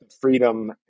freedom